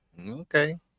Okay